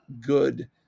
good